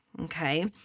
Okay